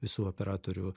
visų operatorių